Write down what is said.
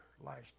last